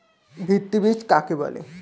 ভিত্তি বীজ কাকে বলে?